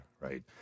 right